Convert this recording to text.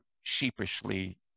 sheepishly